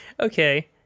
okay